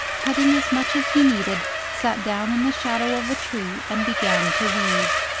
cutting as much as he needed, sat down in the shadow of a tree and began to weave.